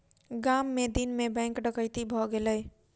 गाम मे दिन मे बैंक डकैती भ गेलै